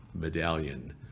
medallion